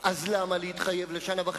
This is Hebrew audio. היא תתנקם בה?